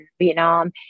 Vietnam